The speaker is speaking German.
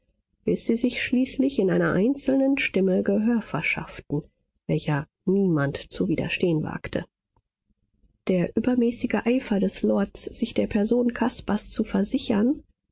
bis sie sich schließlich in einer einzelnen stimme gehör verschafften welcher niemand zu widerstehen wagte der übermäßige eifer des lords sich der person caspars zu versichern